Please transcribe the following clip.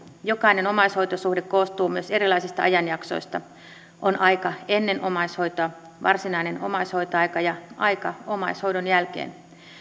jokainen omais hoitosuhde koostuu myös erilaisista ajanjaksoista on aika ennen omaishoitoa varsinainen omaishoitoaika ja aika omaishoidon jälkeen